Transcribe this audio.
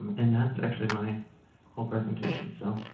and that's actually my whole presentation. so